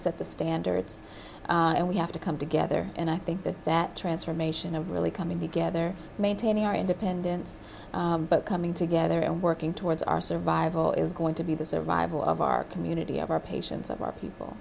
set the standards and we have to come together and i think that that transformation of really coming together maintaining our independence but coming together and working towards our survival is going to be the survival of our community of our patients of our people